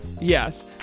Yes